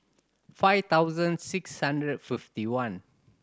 five thousand six hundred fifty one